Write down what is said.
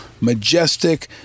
majestic